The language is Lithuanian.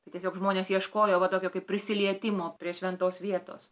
tai tiesiog žmonės ieškojo va tokio kaip prisilietimo prie šventos vietos